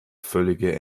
völlige